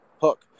hook